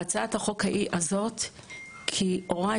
הוריי,